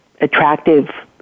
attractive